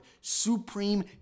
supreme